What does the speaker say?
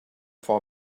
for